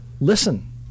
listen